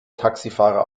taxifahrer